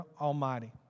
Almighty